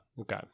Okay